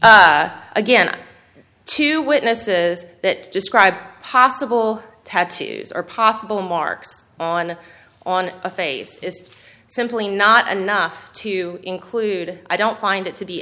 again two witnesses that describe possible tattoos or possible marks on on a face is simply not enough to include i don't find it to be